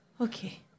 Okay